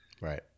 Right